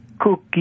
cookie